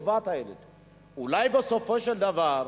אולי בסופו של דבר,